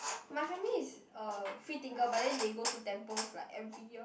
my family is a free thinker but then they go to temples like every year